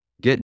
get